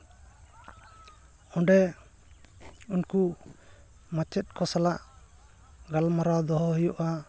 ᱚᱸᱰᱮ ᱩᱱᱠᱩ ᱢᱟᱪᱮᱫ ᱠᱚ ᱥᱟᱞᱟᱜ ᱜᱟᱞᱢᱟᱨᱟᱣ ᱫᱚᱦᱚ ᱦᱩᱭᱩᱜᱼᱟ